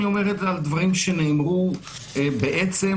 אני אומר את זה בעקבות דברים שנאמרו גם בתגובת